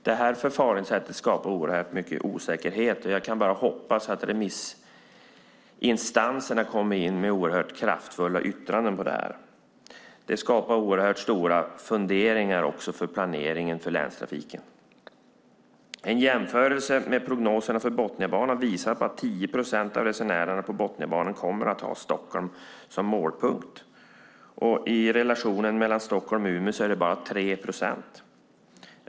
Det här förfaringssättet skapar oerhört mycket osäkerhet, och jag kan bara hoppas att remissinstanserna kommer in med oerhört kraftfulla yttranden på det här. Det skapar oerhört stora funderingar också för planeringen för länstrafiken. En jämförelse med prognoserna för Botniabanan visar att bara 10 procent av resenärerna på Botniabanan kommer att ha Stockholm som målpunkt, och relationen mellan Stockholm och Umeå är bara 3 procent.